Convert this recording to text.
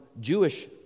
Jewish